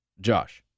Josh